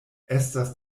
estas